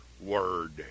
word